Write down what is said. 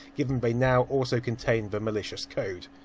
given they now also contain the malicious code.